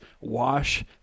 wash